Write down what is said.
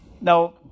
Now